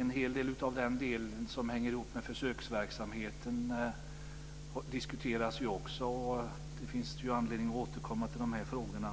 En stor del av det som hänger ihop med försöksverksamheten diskuteras också. Det finns därför anledning att återkomma till dessa frågor.